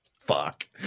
Fuck